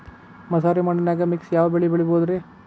ಮಸಾರಿ ಮಣ್ಣನ್ಯಾಗ ಮಿಕ್ಸ್ ಯಾವ ಬೆಳಿ ಬೆಳಿಬೊದ್ರೇ?